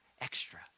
extra